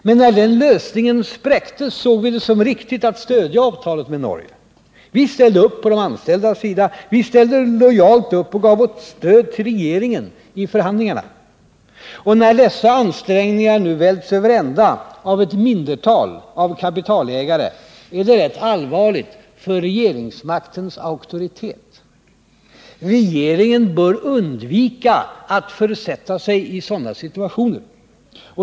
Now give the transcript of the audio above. Men när den lösningen spräcktes såg vi det som riktigt att stödja avtalet med Norge. Vi ställde upp på de anställdas sida. Vi ställde lojalt upp och gav vårt stöd till regeringen i förhandlingarna. När dessa ansträngningar nu välts över ända av ett mindre tal av kapitalägare är detta rätt allvarligt för regeringsmaktens auktoritet. Regeringen bör undvika att försätta sig i sådana situationer.